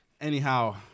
anyhow